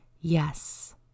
yes